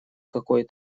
какой